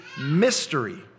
mystery